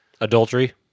Adultery